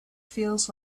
feels